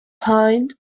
point